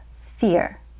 fear